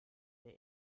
der